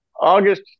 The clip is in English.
August